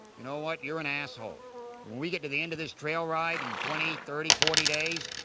you know what, you're an asshole. when we get to the end of this trail ride in twenty, thirty, forty days,